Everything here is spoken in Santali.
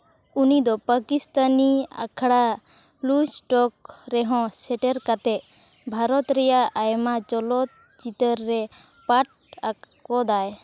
ᱩᱱᱤᱫᱚ ᱯᱟᱠᱤᱥᱛᱷᱟᱱᱤ ᱟᱠᱷᱲᱟ ᱞᱩᱡᱽ ᱴᱚᱠ ᱨᱮᱦᱚᱸ ᱥᱮᱴᱮᱨ ᱠᱟᱛᱮᱫ ᱵᱷᱟᱨᱚᱛ ᱨᱮᱭᱟᱜ ᱟᱢᱟ ᱪᱚᱞᱚᱛ ᱪᱤᱛᱟᱹᱨ ᱨᱮ ᱯᱟᱴᱷ ᱟᱠᱟᱫᱟᱭ